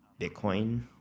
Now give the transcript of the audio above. Bitcoin